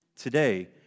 Today